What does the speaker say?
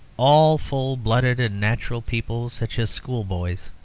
all full-blooded and natural people, such as schoolboys,